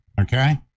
okay